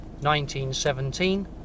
1917